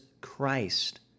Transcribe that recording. Christ